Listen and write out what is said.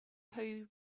who